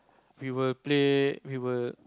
we will play we will